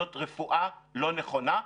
זאת רפואה לא נכונה.